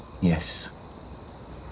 Yes